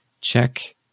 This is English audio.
check